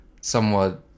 somewhat